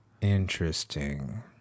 Interesting